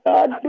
God